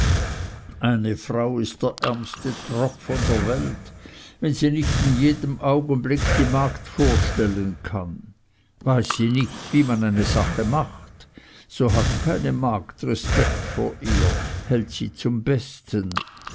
eine frau ist der ärmste tropf von der welt wenn sie nicht in jedem augenblick die magd vorstellen kann weiß sie nicht wie man eine sache macht so hat keine magd respekt vor ihr hält sie zum besten